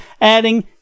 adding